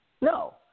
No